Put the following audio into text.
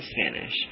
Spanish